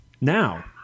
now